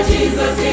Jesus